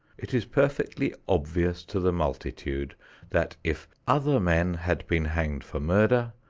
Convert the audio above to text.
it is perfectly obvious to the multitude that if other men had been hanged for murder,